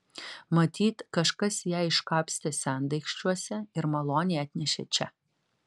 matyt kažkas ją iškapstė sendaikčiuose ir maloniai atnešė čia